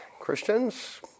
Christians